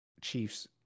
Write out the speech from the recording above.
chiefs